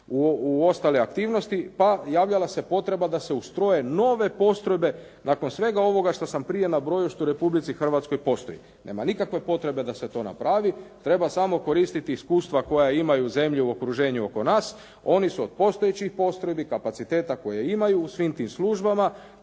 u ostale aktivnosti, pa javljala se potreba da se ustroje nove postrojbe nakon svega ovoga što sam prije nabrojio što u Republici Hrvatskoj postoji. nema nikakve potrebe da se to napravi, treba samo koristiti iskustva koja imaju zemlje u okruženu oko nas. Oni su od postojećih postrojbi kapaciteta koje imaju u svim tim službama,